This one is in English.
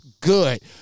good